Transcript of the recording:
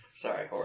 Sorry